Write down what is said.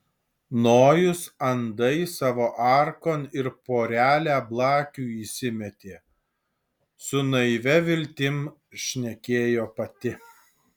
nojus andai savo arkon ir porelę blakių įsimetė su naivia viltim šnekėjo pati